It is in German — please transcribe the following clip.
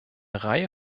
reihe